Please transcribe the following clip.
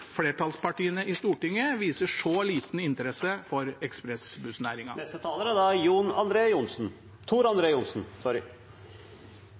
flertallspartiene i Stortinget viser så liten interesse for